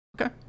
Okay